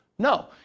No